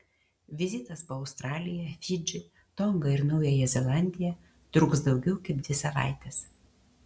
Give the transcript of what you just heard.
vizitas po australiją fidžį tongą ir naująją zelandiją truks daugiau kaip dvi savaites